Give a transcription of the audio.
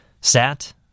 sat